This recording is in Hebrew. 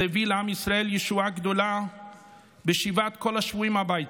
להביא לעם ישראל ישועה גדולה ושיבת כל השבויים הביתה.